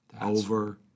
Over